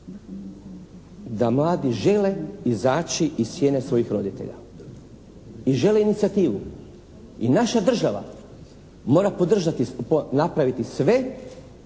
da mladi žele izaći iz sjene svojih roditelja i žele inicijativu. I naša država mora podržati,